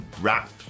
rap